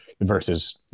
versus